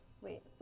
Wait